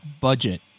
budget